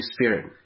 Spirit